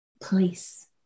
place